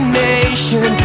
nation